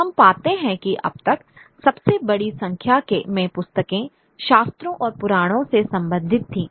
हम पाते हैं कि अब तक सबसे बड़ी संख्या में पुस्तकें शास्त्रों और पुराणों से संबंधित थीं